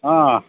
ಹಾಂ